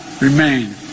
remain